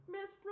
Miss